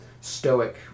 stoic